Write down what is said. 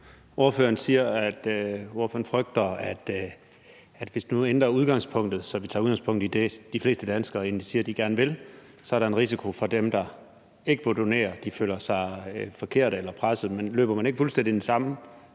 ordføreren frygter, at hvis vi nu ændrer udgangspunktet, så vi tager udgangspunkt i det, de fleste danskere egentlig siger de gerne vil, så er der en risiko for, at dem, der ikke vil donere, føler sig forkerte eller presset. Men løber man ikke fuldstændig den samme